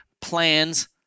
plans